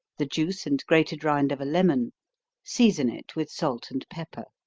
the juice and grated rind of a lemon season it with salt and pepper.